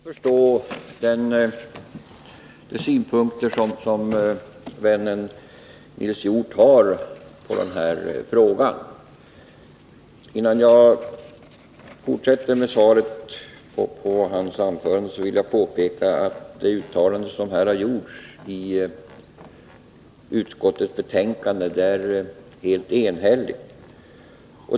Fru talman! Jag kan väl förstå de synpunkter som vännen Nils Hjort har på den här saken. Innan jag fortsätter min replik vill jag påpeka att det uttalande utskottet gjort i sitt betänkande är helt enhälligt.